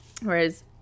Whereas